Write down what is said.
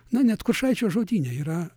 na net kuršaičio žodyne yra